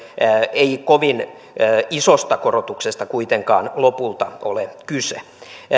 ei kovin isosta korotuksesta kuitenkaan lopulta ole kyse